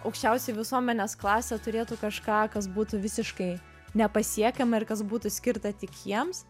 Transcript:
aukščiausia visuomenės klasė turėtų kažką kas būtų visiškai nepasiekiama ir kas būtų skirta tik jiems